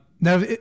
Now